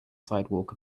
sidewalk